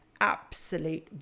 absolute